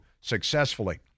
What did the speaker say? successfully